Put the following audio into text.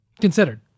considered